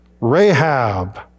Rahab